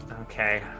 Okay